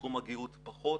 בתחום הגהות פחות,